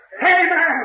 Amen